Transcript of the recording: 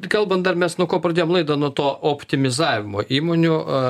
kalbant dar mes nuo ko pradėjom laidą nuo to optimizavimo įmonių